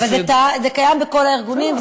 אבל זה קיים בכל הארגונים.